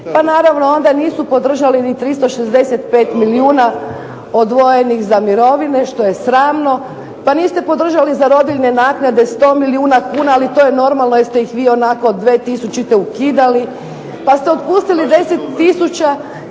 pa naravno onda nisu podržali ni 365 milijuna odvojenih za mirovine što je sramno. Pa niste podržali za rodiljne naknade 100 milijuna kuna, ali to je normalno jer ste ih vi ionako 2000. ukidali. Pa ste otpustili 10 tisuća